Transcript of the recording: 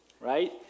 Right